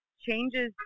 changes